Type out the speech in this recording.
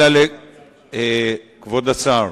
כבוד השר,